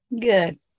Good